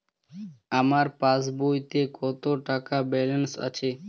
আমার পাসবইতে কত টাকা ব্যালান্স আছে?